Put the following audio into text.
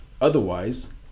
Otherwise